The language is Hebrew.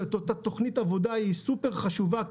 ואותה תוכנית עבודה היא סופר חשובה,